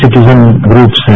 citizens groups हैं